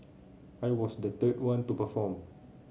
I was the third one to perform